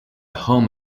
home